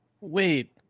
Wait